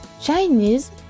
Chinese